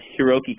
Hiroki